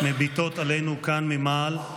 מביטות עלינו כאן ממעל,